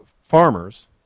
farmers